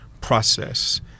process